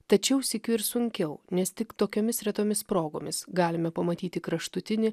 tačiau sykiu ir sunkiau nes tik tokiomis retomis progomis galime pamatyti kraštutinį